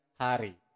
hari